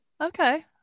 Okay